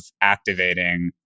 activating